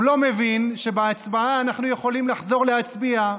הוא לא מבין שבהצבעה אנחנו יכולים לחזור להצביע,